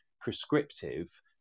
prescriptive